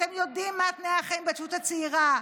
אתם יודעים מה תנאי החיים בהתיישבות הצעירה.